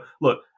look